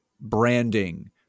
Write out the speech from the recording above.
branding